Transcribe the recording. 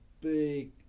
big